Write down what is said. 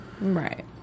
Right